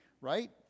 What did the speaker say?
right